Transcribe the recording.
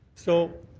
so